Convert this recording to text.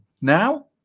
Now